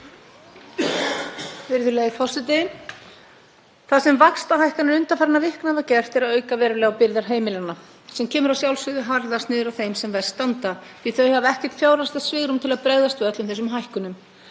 Það sem vaxtahækkanir undanfarinna vikna hafa gert er að auka verulega á byrðar heimilanna, sem kemur að sjálfsögðu harðast niður á þeim sem verst standa því að þau hafa ekkert fjárhagslegt svigrúm til að bregðast við öllum þessum hækkunum.